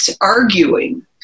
arguing